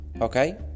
Okay